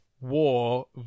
war